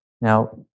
Now